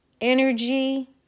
energy